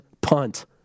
punt